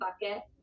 bucket